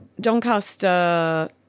Doncaster